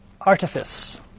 artifice